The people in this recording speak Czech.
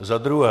Za druhé.